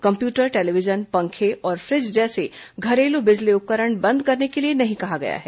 computer television पंखे और fridge जैसे घरेलू बिजली उपकरण बंद करने के लिए नहीं कहा गया है